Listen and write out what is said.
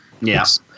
yes